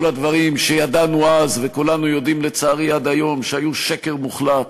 כל הדברים שידענו אז וכולנו יודעים לצערי עד היום שהיו שקר מוחלט,